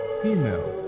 female